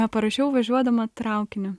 parašiau važiuodama traukiniu